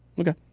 Okay